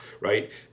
right